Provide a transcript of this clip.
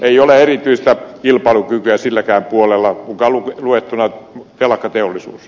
ei ole erityistä kilpailukykyä silläkään puolella mukaan luettuna telakkateollisuus